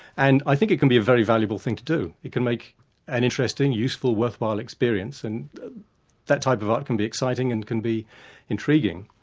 and i think it can be a very valuable thing to do, it can make an interesting, useful, worthwhile experience and that type of art can be exciting and can be intriguing.